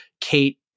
Kate